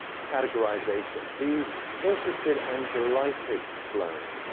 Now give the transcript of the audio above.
categorization. these interested and delighted sloane.